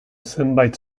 zenbait